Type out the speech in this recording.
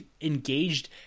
engaged